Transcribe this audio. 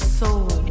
soul